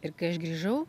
ir kai aš grįžau